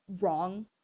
wrong